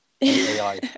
AI